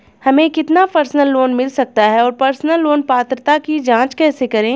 हमें कितना personal loan मिल सकता है और पर्सनल लोन पात्रता की जांच कैसे करें?